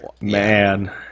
Man